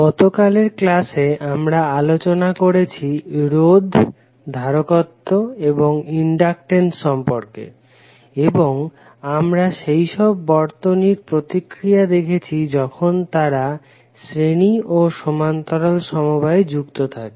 গতকালের ক্লাসে আমরা আলোচনা করেছি রোধ ধারকত্ব এবং ইনডাকটেন্স সম্পর্কে এবং আমরা সেইসব বর্তনীর প্রতিক্রিয়া দেখেছি যখন তারা শ্রেণী ও সমান্তরাল সমবায়ে যুক্ত থাকে